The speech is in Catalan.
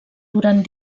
durant